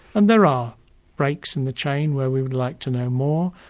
and there are breaks in the chain where we would like to know more.